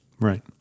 Right